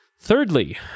Thirdly